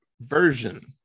version